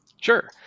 Sure